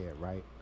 right